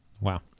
Wow